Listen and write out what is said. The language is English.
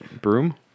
Broom